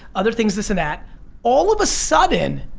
other things this and that all of a sudden,